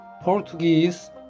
Portuguese